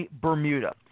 Bermuda